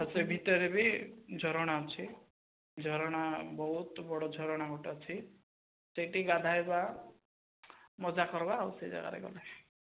ଆଉ ସେଇ ଭିତରେ ବି ଝରଣା ଅଛି ଝରଣା ବହୁତ ବଡ଼ ଝରଣା ଗୋଟେ ଅଛି ସେଇଠି ଗାଧାଇବା ମଜା କରିବା ଆଉ ସେଇ ଜାଗାରେ ଗଲେ